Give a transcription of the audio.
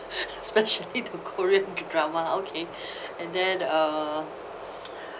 especially the korean drama okay and then uh